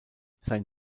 sein